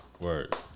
Word